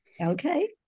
Okay